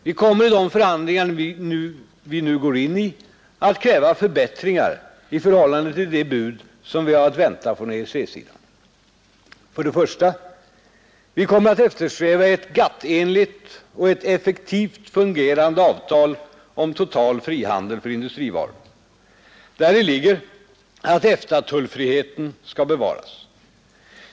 Vi kommer i de förhandlingar vi nu går in i att kräva förbättringar i förhållande till det bud som vi har att vänta från EEC-sidan. För det första: Vi kommer att eftersträva ett GATT-enligt och ett effektivt fungerande avtal om total frihandel för industrivaror. Däri ligger att EFTA-tullfriheten skall bevaras.